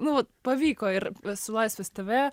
nu vat pavyko ir su laisvės tv